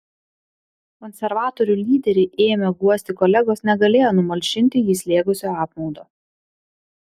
konservatorių lyderį ėmę guosti kolegos negalėjo numalšinti jį slėgusio apmaudo